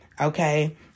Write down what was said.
Okay